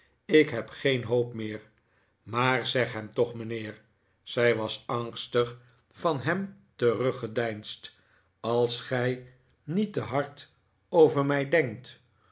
ik heb geen hoop meer maar zeg hem toch mijnheer zij was angstig van hem teruggedeinsd als gij niet te hard over mij denkt